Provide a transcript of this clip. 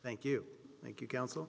thank you thank you counsel